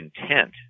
intent